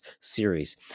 series